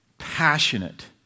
passionate